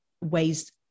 ways